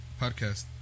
podcast